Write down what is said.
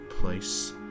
place